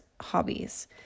hobbies